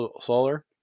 solar